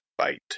fight